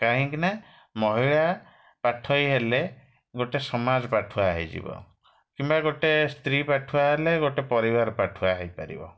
କାହିଁକି ନା ମହିଳା ପାଠୋଇ ହେଲେ ଗୋଟେ ସମାଜ ପାଠୁଆ ହେଇଯିବ କିମ୍ବା ଗୋଟେ ସ୍ତ୍ରୀ ପାଠୁଆ ହେଲେ ଗୋଟେ ପରିବାର ପାଠୁଆ ହେଇ ପାରିବ